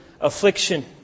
affliction